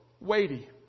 weighty